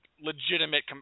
legitimate